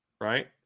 right